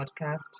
podcast